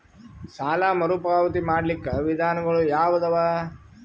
ಸಾಲ ಮರುಪಾವತಿ ಮಾಡ್ಲಿಕ್ಕ ವಿಧಾನಗಳು ಯಾವದವಾ?